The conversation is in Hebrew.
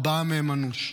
ארבעה מהם אנוש,